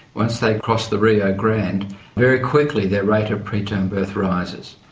once they've crossed the rio grande very quickly their rate of preterm birth rises.